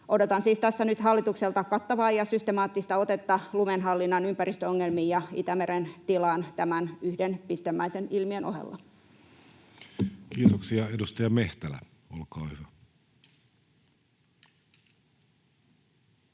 Odotan siis tässä nyt hallitukselta kattavaa ja systemaattista otetta lumenhallinnan ympäristöongelmiin ja Itämeren tilaan tämän yhden pistemäisen ilmiön ohella. [Speech 87] Speaker: Jussi